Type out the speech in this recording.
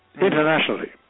internationally